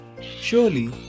Surely